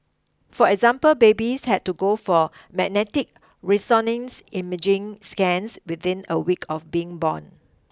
for example babies had to go for magnetic resonance imaging scans within a week of being born